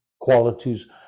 qualities